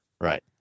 Right